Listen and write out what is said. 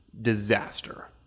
disaster